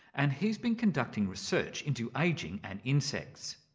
and he's been conducting research into ageing and insects.